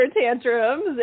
tantrums